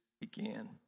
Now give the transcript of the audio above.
began